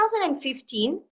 2015